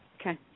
okay